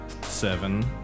seven